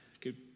Good